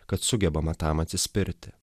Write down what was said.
kad sugebame tam atsispirti